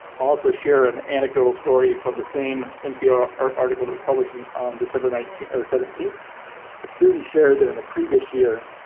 also share an anecdotal story from the same npr article that was published and on december nineteenth or seventeenth. the students shared that in the previous year.